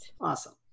Awesome